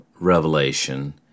revelation